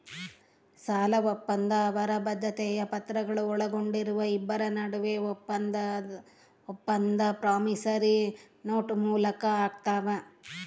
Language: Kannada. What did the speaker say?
ಸಾಲಒಪ್ಪಂದ ಅವರ ಬದ್ಧತೆಯ ಪತ್ರಗಳು ಒಳಗೊಂಡಿರುವ ಇಬ್ಬರ ನಡುವೆ ಒಪ್ಪಂದ ಪ್ರಾಮಿಸರಿ ನೋಟ್ ಮೂಲಕ ಆಗ್ತಾವ